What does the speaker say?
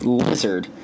lizard